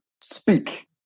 speak